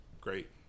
great